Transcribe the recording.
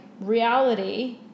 reality